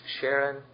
Sharon